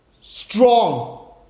Strong